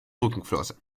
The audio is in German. rückenflosse